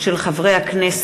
מאת חבר הכנסת